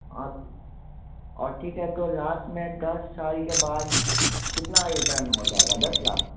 हाँ और ठीक है तो लास्ट में दस साल के बाद कितना रिटर्न हो जाएगा दस लाख